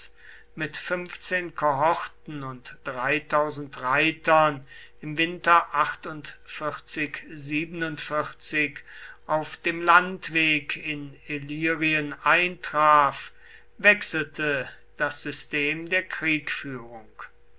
mit fünfzehn kohorten und reitern im winter auf dem landweg in illyrien eintraf wechselte das system der